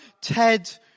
TED